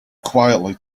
quietly